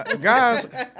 guys